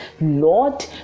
Lord